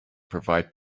provide